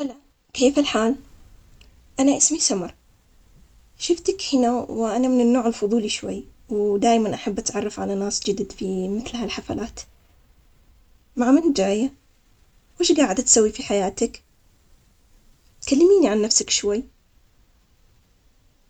هلا. كيف الحال؟ أنا إسمي سمر؟ شفتك هنا، وأنا من النوع الفضولي شوي، ودائما أحب أتعرف على ناس جدد في مثل هالحفلات. مع مين جاية؟ ويش جاعدة تسوي في حياتك؟ كلميني عن نفسك شوي.